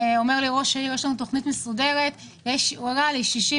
ראש העיר הראה לי תוכנית מסודרת של הפיכת 60